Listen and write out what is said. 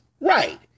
Right